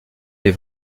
les